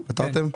פתרתם?